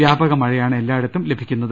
വ്യാപക മഴയാണ് എല്ലായിടത്തും ലഭിക്കുന്നത്